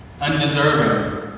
undeserving